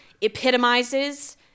epitomizes